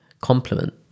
compliment